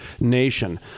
nation